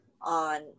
on